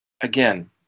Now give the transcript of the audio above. Again